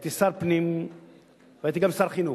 הייתי שר פנים והייתי גם שר חינוך,